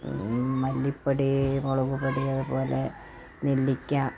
മല്ലിപ്പൊടി മുളക് പൊടി അത് പോലെ നെല്ലിക്ക